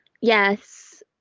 Yes